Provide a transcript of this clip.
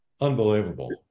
Unbelievable